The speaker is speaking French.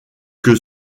que